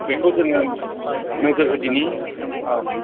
बेखौ जोङो नोजोर होदिनि औ